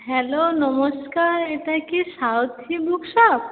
hello নমস্কার এটা কি বুক শপ